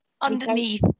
Underneath